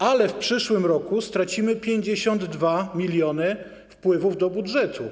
Ale w przyszłym roku stracimy 52 mln wpływów do budżetu.